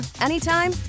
anytime